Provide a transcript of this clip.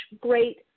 great